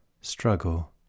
struggle